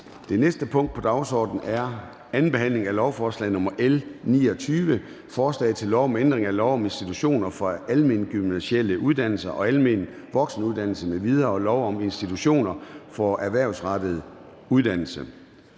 Det næste punkt på dagsordenen er: 14) 2. behandling af lovforslag nr. L 29: Forslag til lov om ændring af lov om institutioner for almengymnasiale uddannelser og almen voksenuddannelse m.v. og lov om institutioner for erhvervsrettet uddannelse.